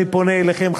אני פונה אליכם,